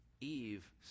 Eve